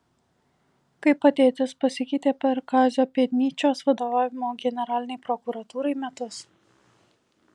kaip padėtis pasikeitė per kazio pėdnyčios vadovavimo generalinei prokuratūrai metus